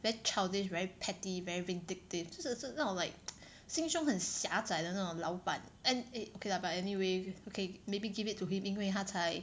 very childish very petty very vindictive 就是那种 like 心胸很狭窄的那种老板 and eh okay lah but anyway okay maybe give it to him 因为他才